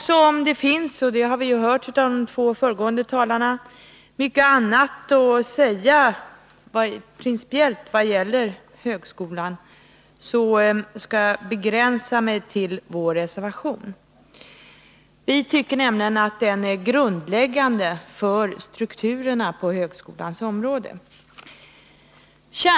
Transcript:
Som vi har hört av de två föregående talarna finns det mycket som principiellt kan sägas om högskolan, men jag skall begränsa mig till att kommentera vår reservation. Vi tycker nämligen att frågan om demokratisering av högskolan är grundläggande för strukturerna på högskolans område.